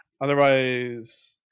otherwise